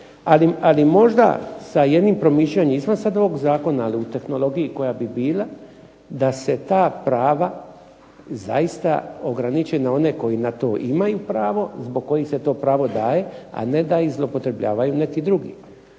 Ali možda sa jednim promišljanjem izvan sad ovog zakona, ali u tehnologiji koja bi bila da se ta prava zaista ograniče na one koji na to imaju pravo, zbog kojih se to pravo daje, a ne da ih zloupotrebljavaju neki drugi.